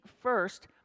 first